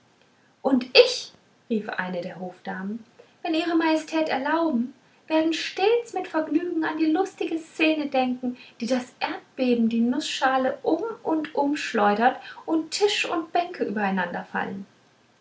und ich rief eine der hofdamen wenn ihre majestät erlauben werde stets mit vergnügen an die lustige szene denken wie das erdbeben die nußschale um und um schleudert und tisch und bänke